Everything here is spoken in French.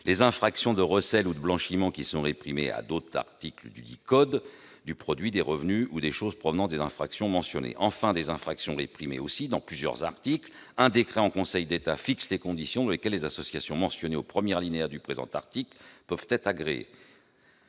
les infractions de recel ou de blanchiment, réprimées à d'autres articles encore dudit code, du produit, des revenus ou des choses provenant des infractions mentionnées ; enfin, les infractions réprimées aussi à plusieurs articles du code électoral. Un décret en Conseil d'État fixe les conditions dans lesquelles les associations mentionnées au premier alinéa du présent article peuvent être agréées.